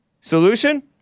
Solution